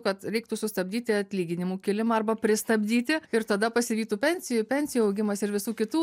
kad reiktų sustabdyti atlyginimų kilimą arba pristabdyti ir tada pasivytų pensijų pensijų augimas ir visų kitų